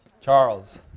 Charles